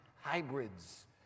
hybrids